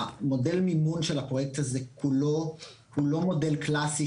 מודל המימון של הפרויקט הזה הוא לא מודל קלאסי